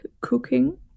cooking